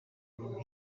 ibintu